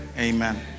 Amen